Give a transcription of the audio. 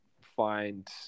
find